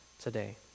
today